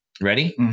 Ready